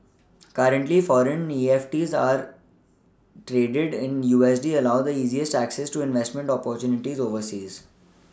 currently foreign EFTs are traded in U S D allow the easiest access to investment opportunities overseas